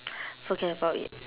forget about it